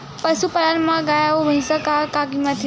पशुपालन मा गाय अउ भंइसा के का कीमत हे?